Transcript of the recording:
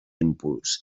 impuls